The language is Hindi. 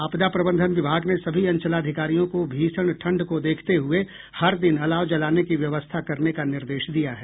आपदा प्रबंधन विभाग ने सभी अंचलाधिकारियों को भीषण ठंड को देखते हुये हर दिन अलाव जलाने की व्यवस्था करने का निर्देश दिया है